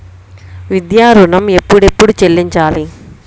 విద్యా ఋణం ఎప్పుడెప్పుడు చెల్లించాలి?